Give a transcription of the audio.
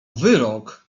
wyrok